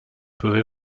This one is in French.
peuvent